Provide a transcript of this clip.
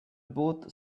both